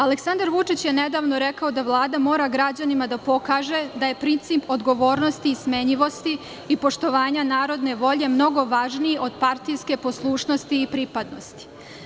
Aleksandar Vučić je nedavno rekao da Vlada mora građanima da pokaže da je princip odgovornosti, smenjivosti i poštovanja narodne voljemnogo važniji od partijske poslušnosti i pripadnosti.